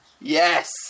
Yes